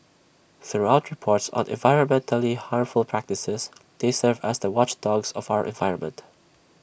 through reports on environmentally harmful practices they serve as the watchdogs of our environment